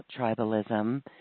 tribalism